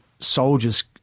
soldiers